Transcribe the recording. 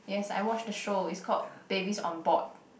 yes I watch the show it's called babies on board